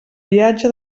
viatge